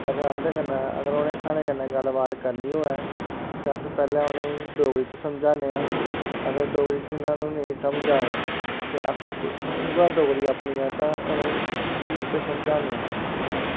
अगर उंदे कन्नै अगर उनें साढ़े कन्नै गल्ल बात करनी होऐ ते अस पैह्लें उनें डोगरी च समझाने आं अगर डोगरी उनें नेईं समझ आनी ते अस उयै डोगरी अपनी असैं उनेंगी हिंदी च समझाने ऐ